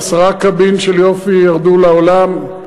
עשרה קבין של יופי ירדו לעולם,